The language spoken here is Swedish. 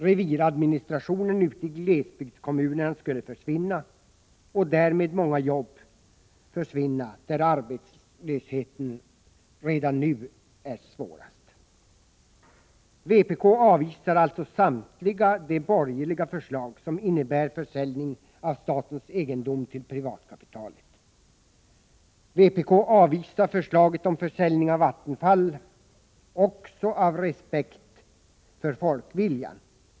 Reviradministrationen ute i glesbygdskommunerna skulle försvinna, och därmed många jobb där arbetslösheten redan nu är som svårast. Vpk avvisar alltså samtliga de borgerliga förslag som innebär försäljning av statens egendom till privatkapitalet. Vpk avvisar förslaget om försäljning av Vattenfall också av respekt för folkviljan.